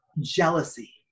jealousy